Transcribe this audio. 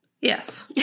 yes